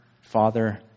father